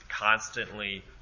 constantly